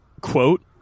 quote